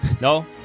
No